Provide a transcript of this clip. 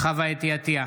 חוה אתי עטייה,